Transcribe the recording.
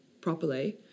Properly